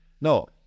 No